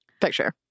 picture